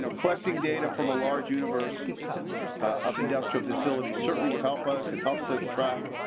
and collecting data from a large universe of industrial facilities certainly would help us and helps us track.